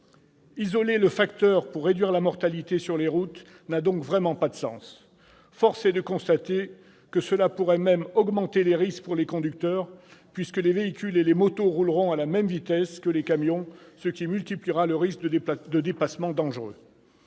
Isoler le facteur vitesse pour réduire la mortalité sur les routes n'a donc vraiment pas de sens. Force est de constater que cela pourrait même augmenter les risques pour les conducteurs, puisque les voitures et les motos rouleront à la même vitesse que les camions, ce qui multipliera le risque de dépassement dangereux.